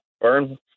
burn